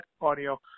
audio